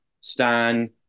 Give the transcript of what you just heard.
Stan